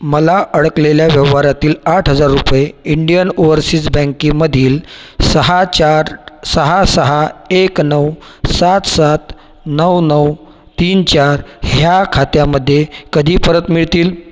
मला अडकलेल्या व्यवहारातील आठ हजार रुपये इंडियन ओव्हरसीज बँकेमधील सहा चार सहा सहा एक नऊ सात सात नऊ नऊ तीन चार ह्या खात्यामध्ये कधी परत मिळतील